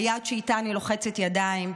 היד שאיתה אני לוחצת ידיים,